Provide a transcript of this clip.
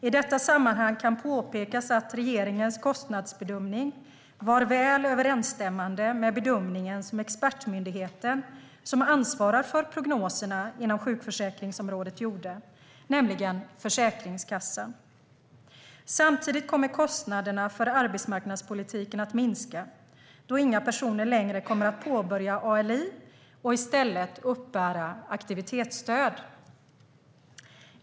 I detta sammanhang kan påpekas att regeringens kostnadsbedömning var väl överensstämmande med bedömningen som expertmyndigheten som ansvarar för prognoserna inom sjukförsäkringsområdet gjorde, nämligen Försäkringskassan. Samtidigt kommer kostnaderna för arbetsmarknadspolitiken att minska, då inga personer längre kommer att påbörja ALI och i stället uppbära aktivitetsstöd.